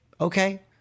Okay